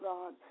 God